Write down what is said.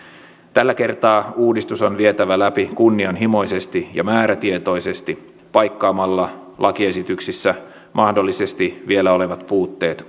tällä kertaa uudistus on vietävä läpi kunnianhimoisesti ja määrätietoisesti paikkaamalla lakiesityksissä mahdollisesti vielä olevat puutteet